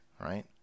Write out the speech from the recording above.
right